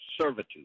servitude